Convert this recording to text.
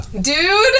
Dude